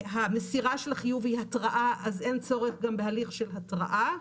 המסירה של החיוב היא התראה אז אין צורך גם בהליך של התראה.